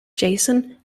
jason